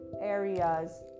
areas